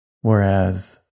Whereas